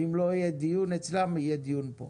ואם לא יהיה דיון אצלם, יהיה דיון פה,